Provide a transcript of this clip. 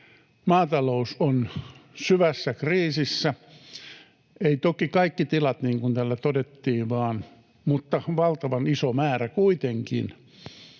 maatalous on syvässä kriisissä, eivät toki kaikki tilat, niin kuin täällä todettiin, mutta valtavan iso määrä kuitenkin,